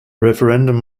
referendum